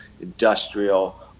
industrial